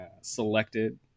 selected